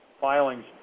filings